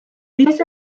these